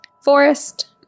forest